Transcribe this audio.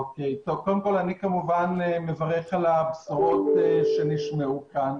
אני כמובן מברך על הבשורות שנשמעו כאן.